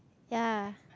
yea